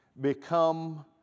become